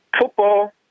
football